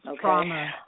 trauma